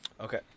Okay